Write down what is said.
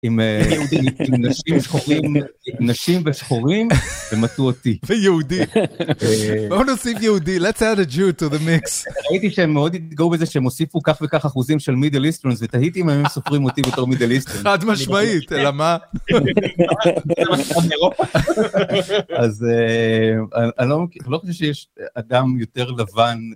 עם נשים ושחורים ומצאו אותי. ביהודי, בואו נוסיף יהודי, בואו נוסיף יהודי למיקס. הייתי שמאוד התגאו בזה שהם הוסיפו כך וכך אחוזים של מידל איסטרונס, ותהייתי אם הם סופרים אותי יותר מידל איסטרונס. חד משמעית, אלא מה? אז אני לא חושב שיש אדם יותר לבן.